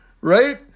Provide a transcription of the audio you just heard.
right